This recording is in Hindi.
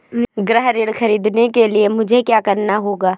गृह ऋण ख़रीदने के लिए मुझे क्या करना होगा?